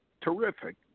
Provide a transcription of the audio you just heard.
terrific